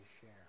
share